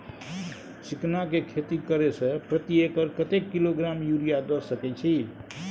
चिकना के खेती करे से प्रति एकर कतेक किलोग्राम यूरिया द सके छी?